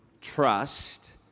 trust